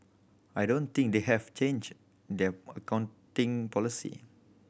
I don't think they have changed their accounting policy